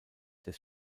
des